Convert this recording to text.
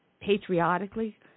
patriotically